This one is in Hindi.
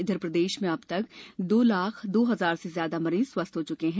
इधर प्रदेश में अब तक दो लाख दो हजार से ज्यादा मरीज स्वस्थ हो चुके हैं